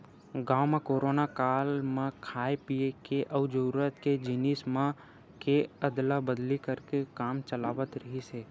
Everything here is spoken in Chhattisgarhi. गाँव म कोरोना काल म खाय पिए के अउ जरूरत के जिनिस मन के अदला बदली करके काम चलावत रिहिस हे